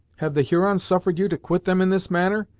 have the hurons suffered you to quit them in this manner,